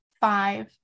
five